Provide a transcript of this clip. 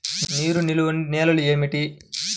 నీరు నిలువని నేలలు ఏమిటి?